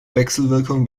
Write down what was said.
wechselwirkung